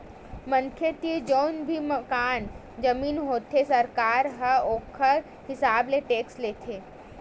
मनखे तीर जउन भी मकान, जमीन होथे सरकार ह ओखर हिसाब ले टेक्स लेथे